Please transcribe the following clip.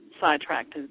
sidetracked